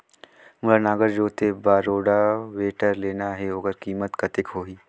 मोला नागर जोते बार रोटावेटर लेना हे ओकर कीमत कतेक होही?